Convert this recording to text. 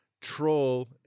Troll